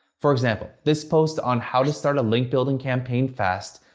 for example, this post on how to start a link building campaign fast,